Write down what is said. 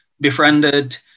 befriended